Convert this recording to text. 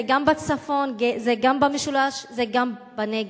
זה גם בצפון, זה גם במשולש, זה גם בנגב.